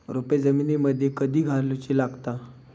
रोपे जमिनीमदि कधी लाऊची लागता?